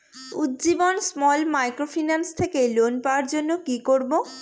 Ujjivan small microfinance থেকে loan পাওয়ার জন্য কি করব?